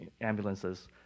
ambulances